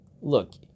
look